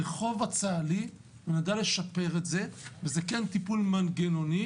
אם נדע לשפר את הרחוב הצה"לי - וזה כן טיפול מנגנוני